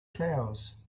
cows